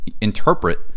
interpret